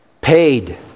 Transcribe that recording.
paid